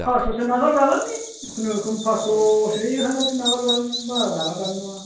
फास्स'सो नागारजागोन दे खुनुरुखुम फास्स'सो एक हाजारसो नागार जागोन बारा नागार जानाय नङा